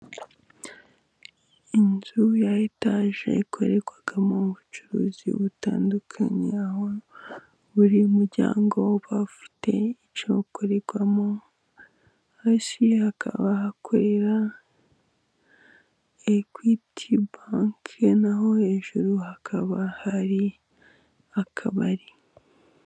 Inzu ya etage ikorerwamo ubucuruzi butandukanye, aho buri muryango uba ufite icyo ukorerwamo, hasi hakaba hakorera equit bank naho hejuru hakaba hari akabari.